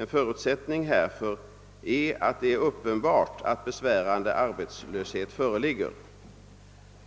En förutsättning härför är att det är uppenbart att besvärande arbetslöshet föreligger.